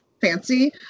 fancy